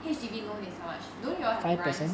H_D_B loan is how much don't you all have grants